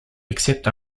except